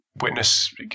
witness